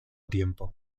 tiempo